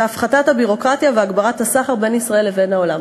הפחתת הביורוקרטיה והגברת הסחר בין ישראל לבין העולם.